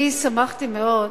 אני שמחתי מאוד,